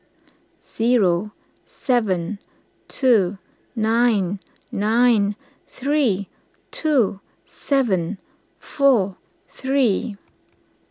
zero seven two nine nine three two seven four three